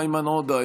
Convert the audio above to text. איימן עודה,